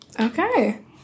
Okay